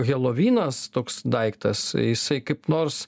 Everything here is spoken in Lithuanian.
helovinas toks daiktas jisai kaip nors